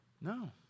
No